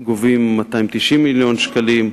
גובים 290 שקלים,